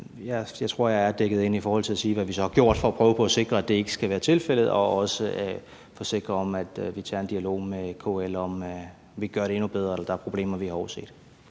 jeg tror, jeg er dækket ind i forhold til at sige, hvad vi så har gjort for at prøve på at sikre, at det ikke er tilfældet, og også at forsikre om, at vi tager en dialog med KL om, om vi ikke kan gøre det endnu bedre, eller om der er problemer, vi har overset.